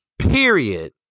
Period